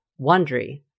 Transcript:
Wondery